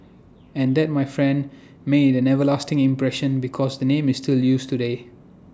and that my friend made an everlasting impression because the name is still used today